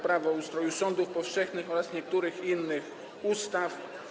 Prawo o ustroju sądów powszechnych oraz niektórych innych ustaw.